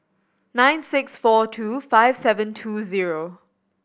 nine six four two five seven two zero